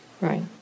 right